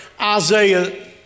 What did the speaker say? Isaiah